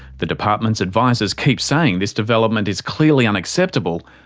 the department's advisers keep saying this development is clearly unacceptable,